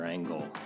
Angle